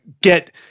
get